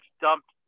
dumped